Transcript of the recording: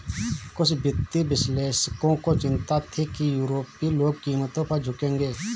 कुछ वित्तीय विश्लेषकों को चिंता थी कि यूरोपीय लोग कीमतों पर झुकेंगे